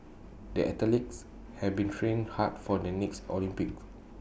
the athletes have been training hard for the next Olympics